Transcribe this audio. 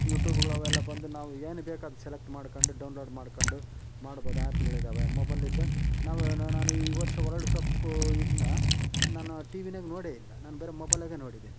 ಯೂಟ್ಯೂಬ್ಗಳು ಅವೆಲ್ಲ ಬಂದು ನಾವು ಏನು ಬೇಕು ಅದು ಸೆಲೆಕ್ಟ್ ಮಾಡ್ಕೊಂಡು ಡೌನ್ಲೋಡ್ ಮಾಡ್ಕೊಂಡು ನೋಡಬೋದು ಆ್ಯಪ್ಗಳಿದ್ದಾವೆ ಮೊಬೈಲ್ ಇದೆ ನಾವು ಏನು ನಾನು ಈ ವರ್ಷ ವರ್ಲ್ಡ್ ಕಪ್ಪು ಇದನ್ನು ನಾನು ಟಿವಿಯಾಗೆ ನೋಡೇ ಇಲ್ಲ ನಾನು ಬರಿ ಮೊಬೈಲಾಗೆ ನೋಡಿದ್ದೀನಿ